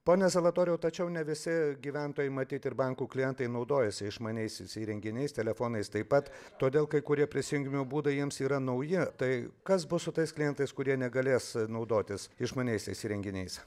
pone zalatoriau tačiau ne visi gyventojai matyt ir bankų klientai naudojasi išmaniaisiais įrenginiais telefonais taip pat todėl kai kurie prisijungimo būdai jiems yra nauji tai kas buvo su tais klientais kurie negalės naudotis išmaniaisiais įrenginiais